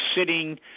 sitting